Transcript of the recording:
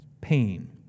pain